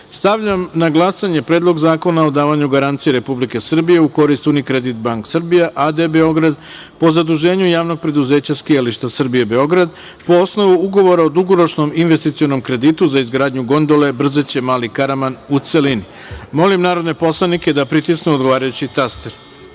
celini. Stavljam na glasanje Predlog zakona o davanju garancija Republike Srbije u korist „Unicredit bank srbija a.d. Beograd“ po zaduženju Javnog preduzeća „Skijališta Srbije Beograd“ po osnovu Ugovora o dugoročnom investicionom kreditu za izgradnju gondole Brzeće – Mali Karaman, u celini. Molim narodne poslanike da pritisnu odgovarajući